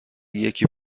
یکی